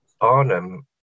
arnhem